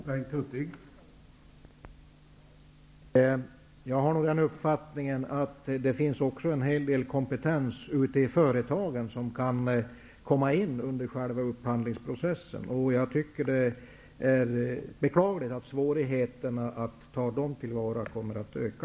Herr talman! Jag har den uppfattningen att det också finns en hel del kompetens ute i företagen som kan komma in under själva upphandlingsprocessen. Det är beklagligt att svårigheterna att ta dem till vara kommer att öka.